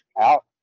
out